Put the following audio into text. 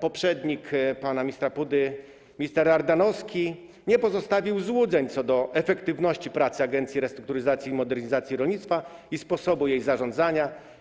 poprzednik pana ministra Pudy, minister Ardanowski nie pozostawił złudzeń co do efektywności pracy Agencji Restrukturyzacji i Modernizacji Rolnictwa i sposobu jej zarządzania.